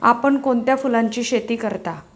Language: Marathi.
आपण कोणत्या फुलांची शेती करता?